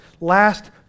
last